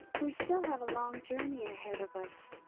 we still have a long journey ahead of us.